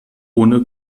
ohne